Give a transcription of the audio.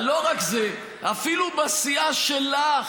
לא רק זה, אפילו בסיעה שלך,